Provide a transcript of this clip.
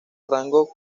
rango